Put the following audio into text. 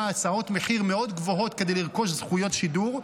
הצעות מחיר מאוד גבוהות כדי לרכוש זכויות שידור.